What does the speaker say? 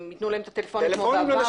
זה אם ייתנו להם את הטלפונים כמו בעבר?